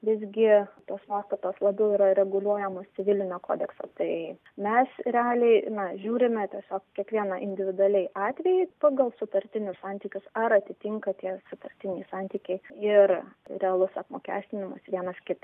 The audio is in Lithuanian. visgi tos nuostatos labiau yra reguliuojamos civilinio kodekso tai mes realiai na žiūrime tiesiog kiekvieną individualiai atvejį pagal sutartinius santykius ar atitinka tie sutartiniai santykiai ir realus apmokestinimas vienas kito